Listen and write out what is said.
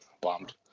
bombed